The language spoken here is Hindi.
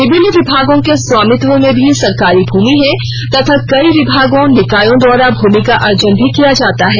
विभिन्न विभागों के स्वामित्व में भी सरकारी भूमि है तथा कई विभागों निकायों द्वारा भूमि का अर्जन भी किया जाता है